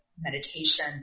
meditation